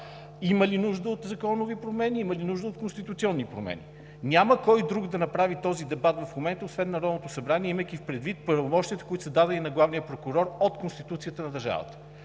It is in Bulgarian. има ли нужда от законови промени, има ли нужда от конституционни промени? Няма кой друг да направи този дебат в момента, освен Народното събрание, имайки предвид правомощията, които са дадени на главния прокурор от Конституцията на държавата.